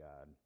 God